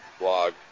blog